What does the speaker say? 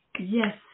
Yes